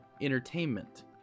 Entertainment